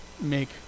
make